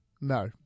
No